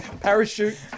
Parachute